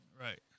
Right